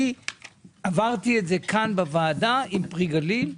אני עברתי את זה כאן בוועדה עם פרי גליל.